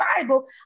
Bible